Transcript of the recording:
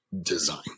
design